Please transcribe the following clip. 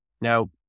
now